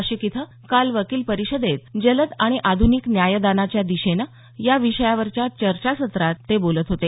नाशिक इथं काल वकील परिषदेत जलद आणि आधुनिक न्यायदानाच्या दिशेनं या विषयावरच्या चर्चासत्रात ते बोलत होते